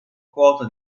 quota